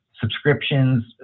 subscriptions